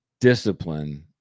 discipline